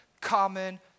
common